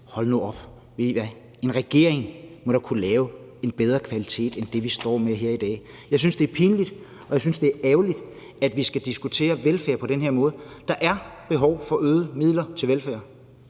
Ved I hvad, en regering må da kunne lave noget i en bedre kvalitet end det, vi står med her i dag. Jeg synes, det er pinligt, og jeg synes, det er ærgerligt, at vi skal diskutere velfærd på den her måde. Der er behov for øgede midler til velfærd.